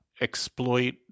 exploit